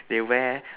they wear